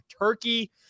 Turkey